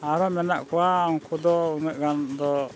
ᱟᱨᱦᱚᱸ ᱢᱮᱱᱟᱜ ᱠᱚᱣᱟ ᱩᱱᱠᱩ ᱫᱚ ᱩᱱᱟᱹᱜ ᱜᱟᱱ ᱫᱚ